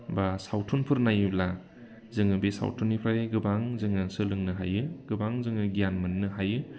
बा सावथुनफोर नायोब्ला जोङो बे सावथुननिफ्रायनो गोबां जोङो सोलोंनो हायो गोबां जोङो गियान मोननो हायो